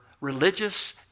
religious